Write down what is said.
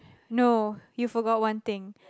no you forgot one thing